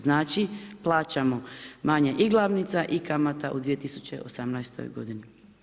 Znači plaćamo manje i glavnica i kamata u 2018. godini.